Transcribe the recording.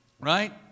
Right